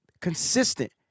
Consistent